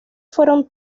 fueron